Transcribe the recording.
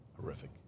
horrific